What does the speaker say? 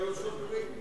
אולי הם לא היו שוטרים?